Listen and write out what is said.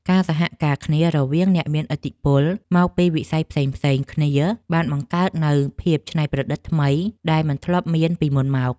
ការសហការគ្នារវាងអ្នកមានឥទ្ធិពលមកពីវិស័យផ្សេងៗគ្នាបានបង្កើតនូវភាពច្នៃប្រឌិតថ្មីដែលមិនធ្លាប់មានពីមុនមក។